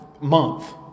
month